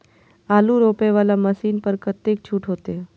आलू रोपे वाला मशीन पर कतेक छूट होते?